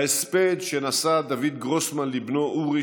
בהספד שנשא דוד גרוסמן על בנו אורי,